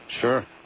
Sure